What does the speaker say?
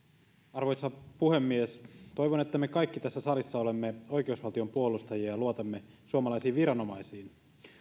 arvoisa puhemies toivon että me kaikki tässä salissa olemme oikeusvaltion puolustajia ja luotamme suomalaisiin viranomaisiin